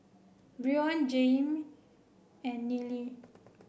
Brion Jayme and Neely